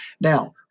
Now